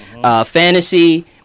fantasy